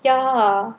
ya